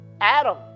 Adam